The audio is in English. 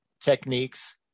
techniques